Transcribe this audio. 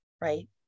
right